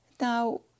Now